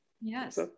Yes